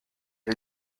que